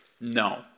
No